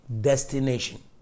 destination